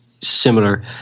similar